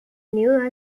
new